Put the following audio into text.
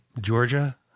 Georgia